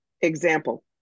Example